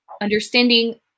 understanding